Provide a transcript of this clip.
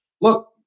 look